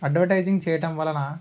advertising చేయటం వలన